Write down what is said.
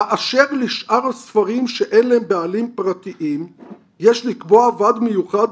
באשר לשאר הספרים שאין להם בעלים פרטיים יש לקבוע ועד מיוחד,